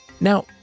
Now